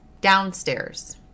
downstairs